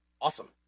Awesome